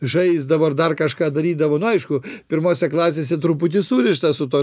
žaisdavo ar dar kažką darydavo nu aišku pirmose klasėse truputį surišta su tuo